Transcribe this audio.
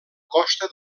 costa